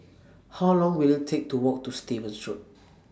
How Long Will IT Take to Walk to Stevens Road